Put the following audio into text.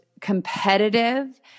competitive